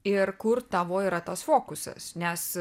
ir kur tavo yra tas fokusas nes